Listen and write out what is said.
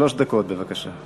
שלוש דקות, בבקשה.